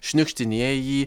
šniukštinėja jį